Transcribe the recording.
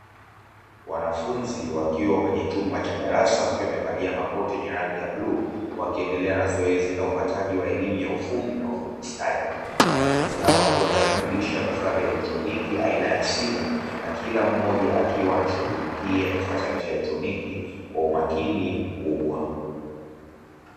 Wanafunzi wakiwa kwenye chumba cha darasa, wakiwa wamevalia makoti ya rangi ya bluu, wakiendelea na zoezi la upataji wa elimu ya ufundi stadi. Wanafunzi hao wakiwa wanarekebisha vifaa vya kielektroniki aina ya simu, na kila mmoja akiwa anashughulikia kifaa chake cha kielektroniki kwa uamikini mkubwa.